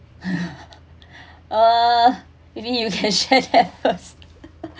uh may be you can share first